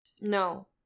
No